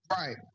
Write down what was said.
right